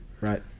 Right